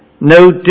No